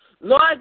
Lord